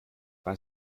bei